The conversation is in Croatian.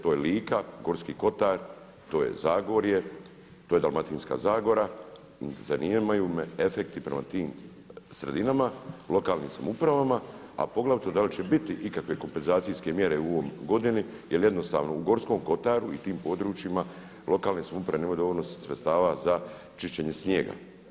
To je Lika, Gorski kotar, to je Zagorje, to je Dalmatinska zagora i zanimaju me efekti prema tim sredinama, lokalnim samoupravama, a poglavito da li će biti ikakve kompenzacijske mjere u ovoj godini jer jednostavno u Gorskom kotaru i tim područjima lokalne samouprave nema dovoljno sredstava za čišćenje snijega.